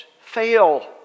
fail